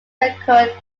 record